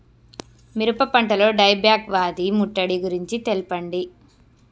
మిరప పంటలో die back వ్యాధి ముట్టడి గురించి తెల్పండి?